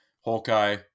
hawkeye